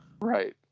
Right